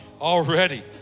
already